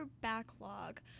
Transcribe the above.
backlog